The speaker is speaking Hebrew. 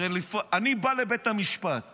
הרי אני בא לבית המשפט